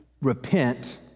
Repent